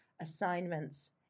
assignments